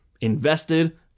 invested